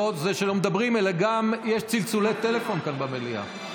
לא רק זה שמדברים אלא גם יש צלצולי טלפון כאן במליאה.